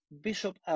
bishop